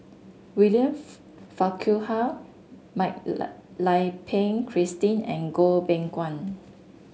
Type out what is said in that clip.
William Farquhar Mak Lai Peng Christine and Goh Beng Kwan